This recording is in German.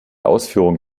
ausführung